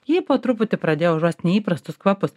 ji po truputį pradėjo užuost neįprastus kvapus